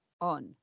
on